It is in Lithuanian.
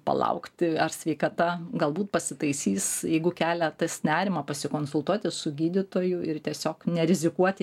palaukti ar sveikata galbūt pasitaisys jeigu kelia tas nerimą pasikonsultuoti su gydytoju ir tiesiog nerizikuoti